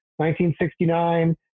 1969